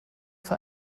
für